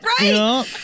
Right